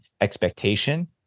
expectation